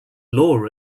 law